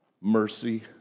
mercy